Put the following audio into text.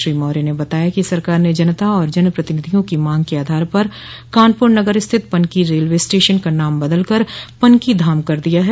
श्री मौर्य ने बताया कि सरकार ने जनता और जनप्रतिनिधियों की मांग के आधार पर कानपुर नगर स्थित पनकी रेलवे स्टेशन का नाम बदल कर पनकी धाम कर दिया है